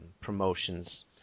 promotions